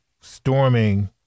storming